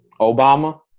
Obama